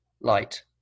light